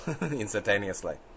instantaneously